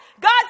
God